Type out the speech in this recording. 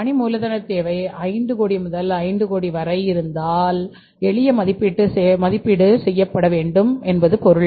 பணி மூலதனத் தேவை 5 கோடி முதல் அல்லது 5 கோடி வரை இருந்தால் எளிய மதிப்பீடு செய்யப்பட வேண்டும் என்பது பொருள்